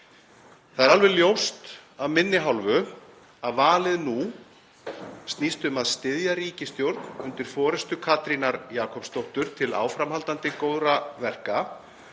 Það er alveg ljóst af minni hálfu að valið nú snýst um að styðja ríkisstjórn undir forystu Katrínar Jakobsdóttur til áframhaldandi góðra verka,